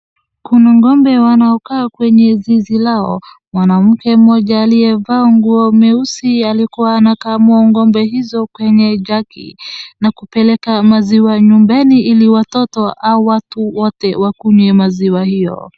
Kuna ng'ombe wanaokaa kwenye zizi lao, mwanamke mmoja aliyevaa nguo nyeusi alikuwa anakamua ng'ombe hizo kwenye jagi na kupeleka maziwa nyumbani ili watoto au watu wote wakunywe maziwa hiyo.